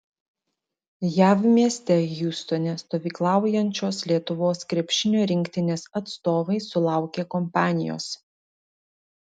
jav mieste hjustone stovyklaujančios lietuvos krepšinio rinktinės atstovai sulaukė kompanijos